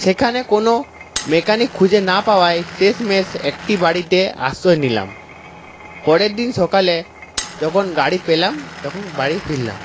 সেখানে কোনো মেকানিক খুঁজে না পাওয়ায় শেষমেশ একটি বাড়িতে আশ্রয় নিলাম পরের দিন সকালে যখন গাড়ি পেলাম তখন বাড়ি ফিরলাম